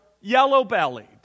yellow-bellied